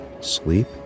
sleep